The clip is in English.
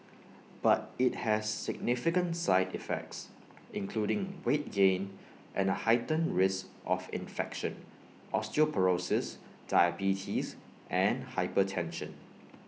but IT has significant side effects including weight gain and A heightened risk of infection osteoporosis diabetes and hypertension